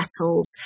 metals